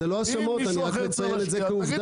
זה לא האשמות, אני רק מציין את זה כעובדה.